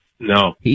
No